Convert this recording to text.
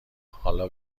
حالا